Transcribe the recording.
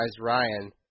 Ryan